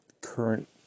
current